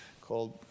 called